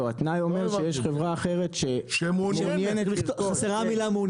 לא, התנאי אומר שיש חברה אחרת שמעוניינת, מעוניינת